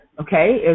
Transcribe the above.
okay